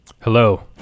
hello